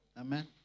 Amen